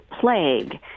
plague